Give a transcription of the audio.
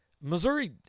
Missouri